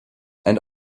and